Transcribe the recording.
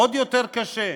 עוד יותר קשה,